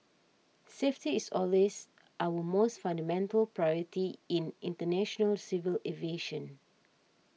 safety is always our most fundamental priority in international civil aviation